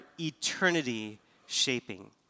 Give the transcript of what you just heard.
eternity-shaping